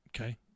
Okay